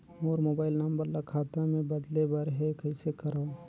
मोर mobile number ल खाता मे बदले बर हे कइसे करव?